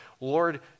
Lord